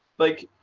like,